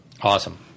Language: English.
Awesome